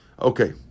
Okay